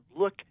look